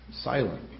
silent